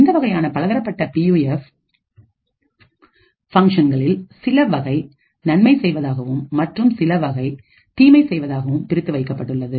இந்தவகையான பலதரப்பட்ட பியூஎஃப் ஃபங்க்ஷன்கலில் சிலவகை நன்மை செய்வதாகவும் மற்றும் சில தீமை செய்வதாகவும் பிரித்து வைக்கப்பட்டுள்ளது